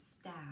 staff